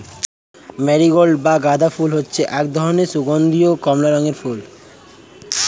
marigold বা গাঁদা ফুল হচ্ছে এক ধরনের সুগন্ধীয় কমলা রঙের ফুল